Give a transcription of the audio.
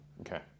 Okay